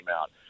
out